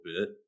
bit